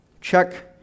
Check